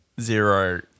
zero